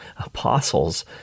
apostles